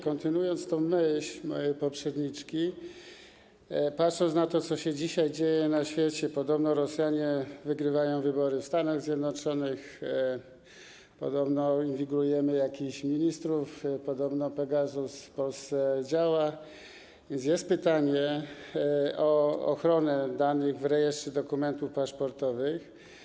Kontynuując myśl mojej poprzedniczki, patrząc na to, co się dzisiaj dzieje na świecie - podobno Rosjanie wygrywają wybory w Stanach Zjednoczonych, podobno inwigilujemy jakichś ministrów, podobno Pegasus w Polsce działa - mam pytanie o ochronę danych w rejestrze dokumentów paszportowych: